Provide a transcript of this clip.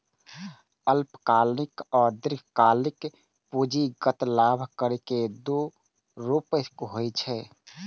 अल्पकालिक आ दीर्घकालिक पूंजीगत लाभ कर के दू रूप होइ छै